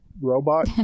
Robot